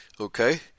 Okay